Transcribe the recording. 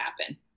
happen